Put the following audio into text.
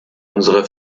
unsere